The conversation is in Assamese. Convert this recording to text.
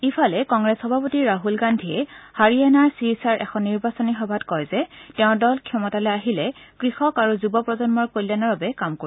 ইফালে কংগ্ৰেছ সভাপতি ৰাহুল গান্ধীয়ে হাৰিয়াণাৰ ছিৰছাৰ এখন নিৰ্বাচনী সভাত কয় যে তেওঁৰ দলে ক্ষমতালৈ আহিলে কৃষক আৰু যুৱ প্ৰজন্মৰ কল্যাণৰ বাবে কাম কৰিব